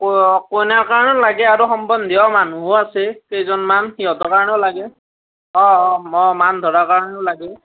কইনাৰ কাৰণে লাগে আৰু সম্বন্ধীয় মানুহো আছে কেইজনমান সিহঁতৰ কাৰণেও লাগে অঁ অঁ মান ধৰাৰ কাৰণেও লাগে